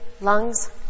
lungs